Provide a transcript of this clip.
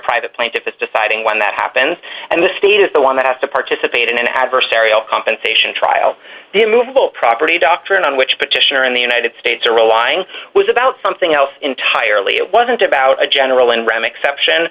private plaintiffs deciding when that happens and the state is the one that has to participate in an adversarial compensation trial the movable property doctrine on which petitioner in the united states are relying was about something else entirely it wasn't about a general and ram exception